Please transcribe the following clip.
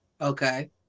Okay